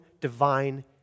divine